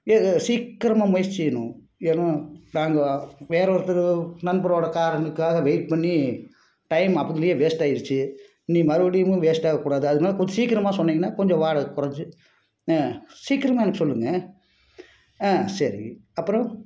சீக்கிரமாக முயற்சி செய்யணும் ஏன்னா நாங்கள் வேறே ஒருத்தரு நண்பரோடய காருக்காக வெயிட் பண்ணி டைம் அப்போதுலேயே வேஸ்ட்டாயிருச்சி நீ மறுபடியும் வேஸ்ட்டாக்கக்கூடாது அதனால் கொஞ்சம் சீக்கிரமாக சொன்னீங்ன்னா கொஞ்சம் வாடகை குறச்சி ஆ சீக்கிரமாக அனுப்ப சொல்லுங்க ஆ சரி அப்புறம்